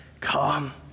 come